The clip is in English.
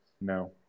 no